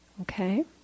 Okay